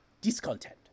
discontent